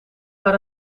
waar